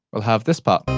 we'll have this part.